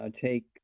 take